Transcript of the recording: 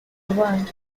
one